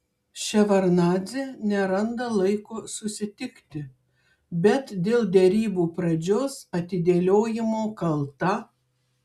ševardnadzė neranda laiko susitikti bet dėl derybų pradžios atidėliojimo kalta